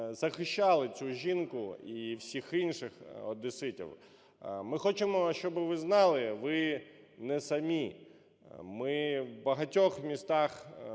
захищали цю жінку і всіх інших одеситів. Ми хочемо, щоб ви знали: ви не самі. Ми в багатьох містах